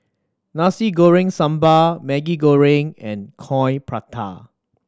Nasi Goreng Sambal Maggi Goreng and Coin Prata